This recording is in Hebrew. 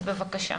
אז בבקשה.